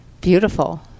Beautiful